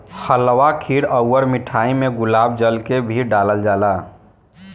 हलवा खीर अउर मिठाई में गुलाब जल के भी डलाल जाला